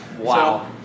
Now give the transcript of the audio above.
Wow